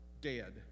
dead